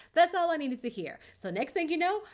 that's all i needed to hear. so next thing you know,